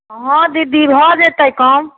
हँ दीदी भऽ जेतै कम